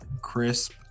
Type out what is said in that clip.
crisp